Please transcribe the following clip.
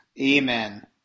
amen